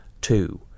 two